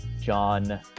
John